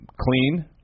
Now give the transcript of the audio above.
clean